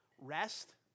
Rest